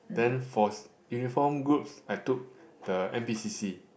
then for uniform groups I took the N_p_c_C